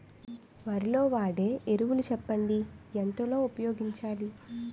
వరిలో వాడే ఎరువులు చెప్పండి? ఎంత లో ఉపయోగించాలీ?